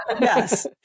Yes